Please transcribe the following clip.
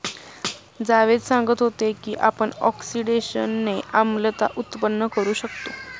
जावेद सांगत होते की आपण ऑक्सिडेशनने आम्लता उत्पन्न करू शकतो